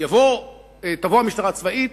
תבוא המשטרה הצבאית,